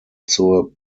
zur